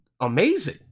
amazing